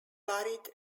buried